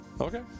okay